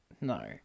No